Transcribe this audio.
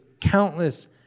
countless